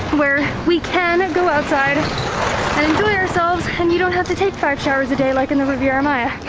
where we can and go outside and enjoy ourselves, and you don't have to take five showers a day like in the riviera maya.